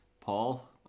Paul